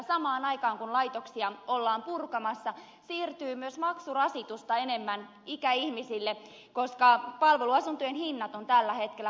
samaan aikaan kun laitoksia ollaan purkamassa siirtyy myös maksurasitusta enemmän ikäihmisille koska palveluasuntojen hinnat ovat tällä hetkellä valitettavan kovat